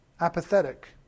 apathetic